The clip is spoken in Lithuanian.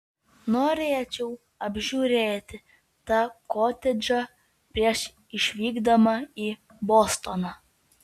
norėčiau apžiūrėti tą kotedžą prieš išvykdama į bostoną